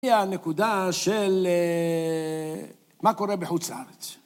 ‫היא הנקודה של אה.. מה קורה ‫בחוץ לארץ.